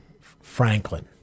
Franklin